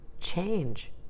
change